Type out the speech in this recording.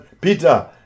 Peter